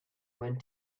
went